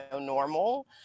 normal